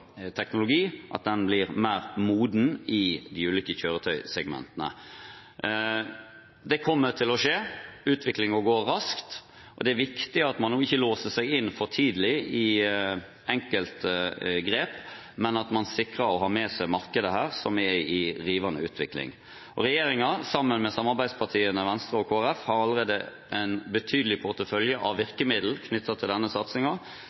teknologi, at den blir mer moden i de ulike kjøretøysegmentene. Det kommer til å skje. Utviklingen går raskt, og det er viktig at man nå ikke låser seg inn for tidlig i enkelte grep, men at man her sikrer å ha med seg markedet, som er i rivende utvikling. Regjeringen, sammen med samarbeidspartiene Venstre og Kristelig Folkeparti, har allerede en betydelig portefølje av virkemiddel knyttet til denne